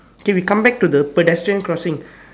okay we come back to the pedestrian crossing